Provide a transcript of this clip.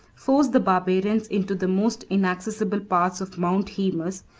forced the barbarians into the most inaccessible parts of mount haemus,